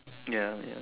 ya ya